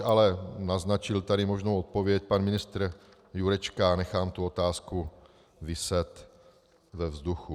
Ale naznačil tady možnou odpověď pan ministr Jurečka, nechám tu otázku viset ve vzduchu.